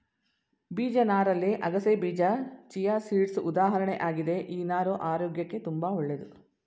ಬೀಜ ನಾರಲ್ಲಿ ಅಗಸೆಬೀಜ ಚಿಯಾಸೀಡ್ಸ್ ಉದಾಹರಣೆ ಆಗಿದೆ ಈ ನಾರು ಆರೋಗ್ಯಕ್ಕೆ ತುಂಬಾ ಒಳ್ಳೇದು